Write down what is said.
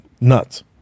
Nuts